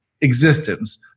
existence